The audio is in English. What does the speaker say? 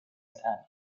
anna